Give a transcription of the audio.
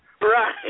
Right